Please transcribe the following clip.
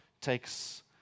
takes